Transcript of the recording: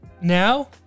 Now